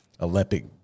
Olympic